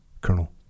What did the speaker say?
Colonel